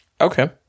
Okay